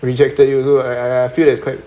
rejected you so I I feel it's quite